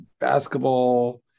basketball